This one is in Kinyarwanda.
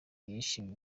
yashimye